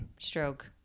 stroke